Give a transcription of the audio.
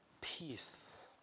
peace